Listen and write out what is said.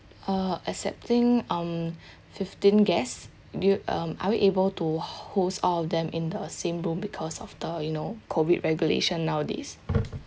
uh accepting um fifteen guests do you uh are we able to host all of them in the same room because of the you know COVID regulation nowadays